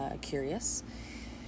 curious